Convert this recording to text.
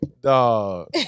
Dog